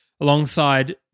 alongside